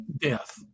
death